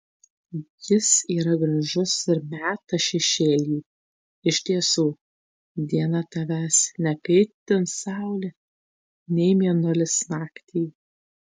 jis yra gražus ir meta šešėlį iš tiesų dieną tavęs nekaitins saulė nei mėnulis naktį